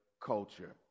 culture